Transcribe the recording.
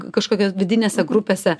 kažkokios vidinėse grupėse